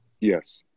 Yes